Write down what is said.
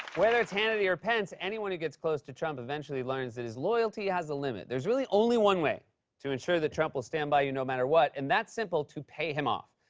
whether it's hannity or pence, anyone who gets close to trump eventually learns his loyalty has a limit. there's really only one way to ensure that trump will stand by you, no matter what, and that's simple to pay him off.